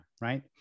right